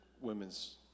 Women's